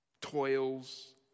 toils